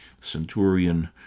centurion